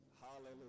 hallelujah